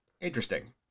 Interesting